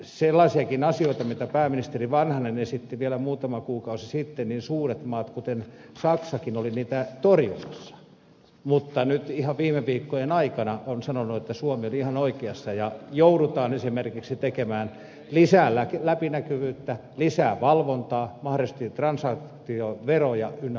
sellaisiakin asioita mitä pääministeri vanhanen esitti vielä muutama kuukausi sitten suuret maat kuten saksakin olivat torjumassa mutta nyt ihan viime viikkojen aikana saksa on sanonut että suomi oli ihan oikeassa ja joudutaan esimerkiksi tekemään lisää läpinäkyvyyttä lisää valvontaa mahdollisesti transaktioveroja ynnä muita vastaavia